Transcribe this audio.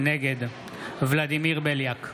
נגד ולדימיר בליאק,